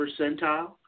percentile